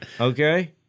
Okay